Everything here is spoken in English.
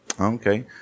Okay